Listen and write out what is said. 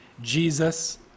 Jesus